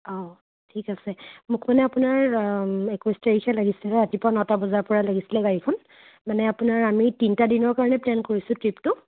অ' ঠিক আছে মোক মানে আপোনাৰ একৈছ তাৰিখে লাগিছিলে ৰাতিপুৱা নটা বজাৰ পৰা লাগিছিলে গাড়ীখন মানে আপোনাৰ আমি তিনিটা দিনৰ কাৰণে প্লেন কৰিছোঁ ট্ৰিপটো